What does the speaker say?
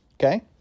okay